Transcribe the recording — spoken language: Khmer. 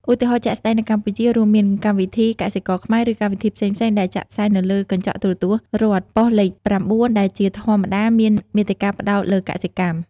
ឧទាហរណ៍ជាក់ស្ដែងនៅកម្ពុជា រួមមានកម្មវិធី កសិករខ្មែរ ឬកម្មវិធីផ្សេងៗដែលចាក់ផ្សាយនៅលើកញ្ចក់ទូរទស្សន៍រដ្ឋ ប៉ុស្តិ៍លេខ៩ដែលជាធម្មតាមានមាតិកាផ្តោតលើកសិកម្ម។